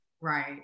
Right